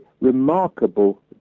remarkable